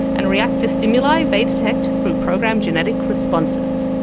and react to stimuli they detect through programmed genetic responses.